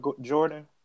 Jordan